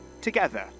together